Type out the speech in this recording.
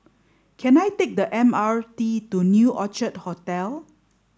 can I take the M R T to New Orchid Hotel